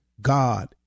God